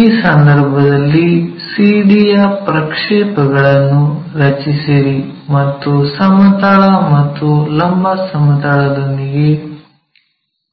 ಈ ಸಂದರ್ಭದಲ್ಲಿ CD ಯ ಪ್ರಕ್ಷೇಪಗಳನ್ನು ರಚಿಸಿರಿ ಮತ್ತು ಸಮತಲ ಮತ್ತು ಲಂಬ ಸಮತಲದೊಂದಿಗೆ